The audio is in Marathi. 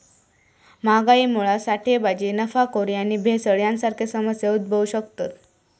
महागाईमुळा साठेबाजी, नफाखोरी आणि भेसळ यांसारखे समस्या उद्भवु शकतत